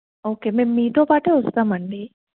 okay మేము మీతో పాటే వస్తామండి